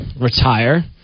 retire